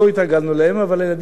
אבל הילדים היום גדלים אתם.